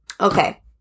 Okay